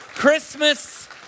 Christmas